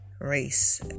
race